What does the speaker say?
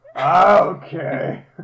okay